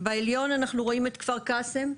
בעליון אנחנו רואים את כפר קאסם.